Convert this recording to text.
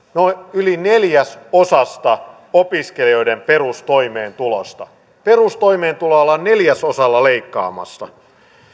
yli neljäsosasta opiskelijoiden perustoimeentulosta perustoimeentuloa ollaan neljäsosalla leikkaamassa